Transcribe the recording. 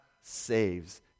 saves